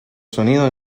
sonido